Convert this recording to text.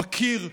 בקיר.